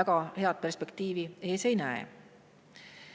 väga head perspektiivi ei näe.